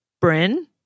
Bryn